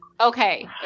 Okay